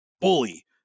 bully